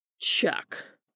Chuck